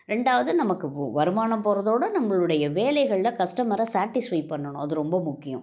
ரெண்டாவது நமக்கு வ வருமானம் போகிறதோட நம்பளுடைய வேலைகளில் கஸ்டமரை சேட்டிஸ்ஃபை பண்ணணும் அது ரொம்ப முக்கியம்